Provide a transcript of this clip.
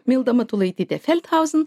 milda matulaitytė feldhausen